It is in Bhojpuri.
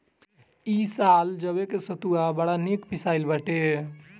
इ साल जवे के सतुआ बड़ा निक पिसाइल बाटे